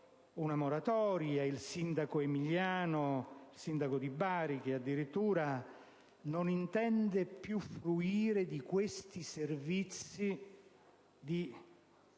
una moratoria; il sindaco Emiliano di Bari addirittura non intende più fruire di questi servizi di